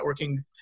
networking